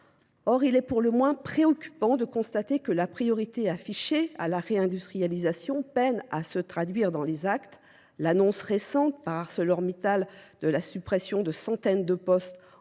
Or, il est pour le moins préoccupant de constater que la priorité affichée à la réindustrialisation peine à se traduire dans les actes. L'annonce récente par ArcelorMittal de la suppression de centaines de postes